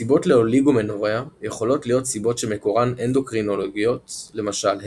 סיבות לאוליגומנוריאה יכולות להיות סיבות שמקורן אנדוקרינולוגיות למשל,